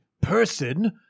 person